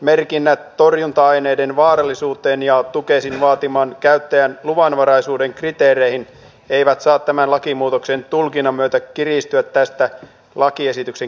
merkinnät torjunta aineiden vaarallisuuteen ja tukesin vaatiman käyttäjän luvanvaraisuuden kriteereihin liittyen eivät saa tämän lakimuutoksen tulkinnan myötä kiristyä tästä lakiesityksen kirjauksesta